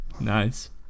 Nice